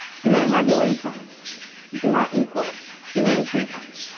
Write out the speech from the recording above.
humane regulations do not equal humane treatment.